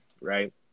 right